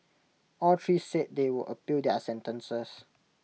all three said they would appeal their sentences